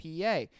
PA